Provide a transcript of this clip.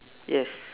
yes